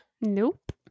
nope